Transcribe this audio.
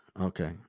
Okay